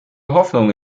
hoffnung